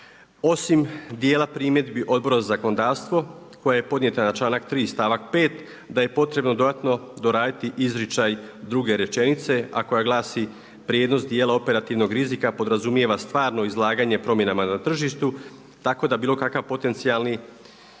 osim dijela primjedbi Odbora za zakonodavstvo koje je podnijeta na članak 3. stavak 5. da je potrebno dodatno doraditi izričaj druge rečenice a koja glasi: „Prijenos dijela operativnog rizika podrazumijeva stvarno izlaganje promjenama na tržištu.“ Tako da bilo kakav potencijalni procijenjeni